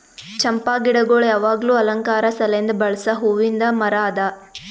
ಚಂಪಾ ಗಿಡಗೊಳ್ ಯಾವಾಗ್ಲೂ ಅಲಂಕಾರ ಸಲೆಂದ್ ಬೆಳಸ್ ಹೂವಿಂದ್ ಮರ ಅದಾ